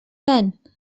tant